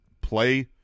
play –